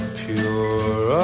pure